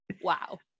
wow